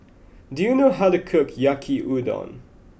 do you know how to cook Yaki Udon